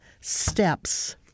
steps